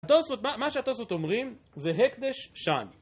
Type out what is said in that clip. מה שהתוספות אומרים זה הקדש שאני